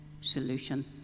solution